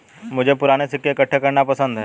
मुझे पूराने सिक्के इकट्ठे करना पसंद है